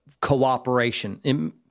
cooperation